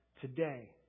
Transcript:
today